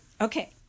Okay